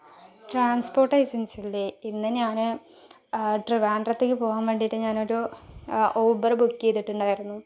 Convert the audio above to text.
transport agency അല്ലെ ഇന്ന് ഞാൻ ട്രിവാൻഡ്രത്തേയ്ക്ക് പോകാൻ വേണ്ടിയിട്ടു ഞാനൊരു ഊബർ ബുക്ക് ചെയ്തിട്ടുണ്ടായിരുന്നു